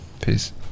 peace